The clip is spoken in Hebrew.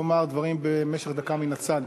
לומר דברים במשך דקה מן הצד.